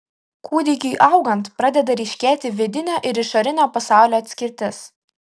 kūdikiui augant pradeda ryškėti vidinio ir išorinio pasaulio atskirtis